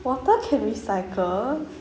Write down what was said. water can recycle